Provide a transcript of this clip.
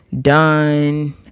done